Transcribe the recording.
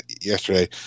Yesterday